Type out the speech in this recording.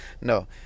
No